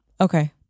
Okay